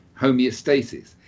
homeostasis